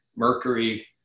mercury